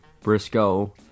Briscoe